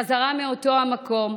חזרה מאותו המקום,